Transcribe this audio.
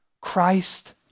Christ